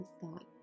thought